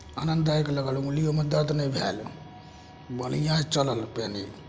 आनन्ददायक लगल अँगुलियोमे दर्द नहि भएल बढ़िआँ चलल पेन ई